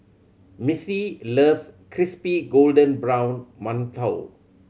Missy loves crispy golden brown mantou